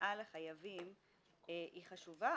שמגיעה לחייבים היא חשובה,